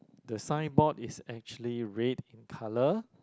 the signboard is actually red in colour